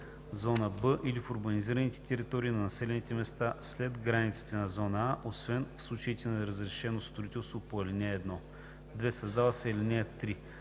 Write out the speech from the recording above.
зона „Б“ или в урбанизираните територии на населените места след границите на зона „А“, освен в случаите на разрешено строителство по ал. 1.“ 2. Създава се ал. 3: